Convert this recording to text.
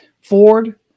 Ford